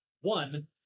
One